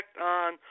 on